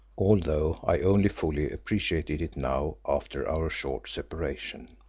although i only fully appreciated it now, after our short separation.